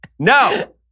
No